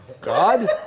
God